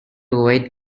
avoid